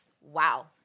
wow